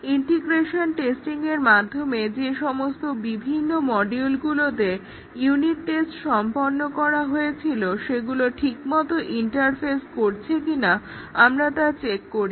integration টেস্টিংয়ের মাধ্যমে যে সমস্ত বিভিন্ন মডিউলগুলোতে ইউনিট টেস্ট সম্পন্ন করা হয়েছিল সেগুলি ঠিকমত ইন্টারফেস করছে কিনা আমরা তা চেক করি